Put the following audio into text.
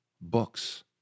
books